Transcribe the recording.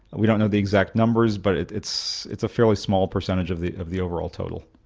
we don't know the exact numbers but it's it's a fairly small percentage of the of the overall total.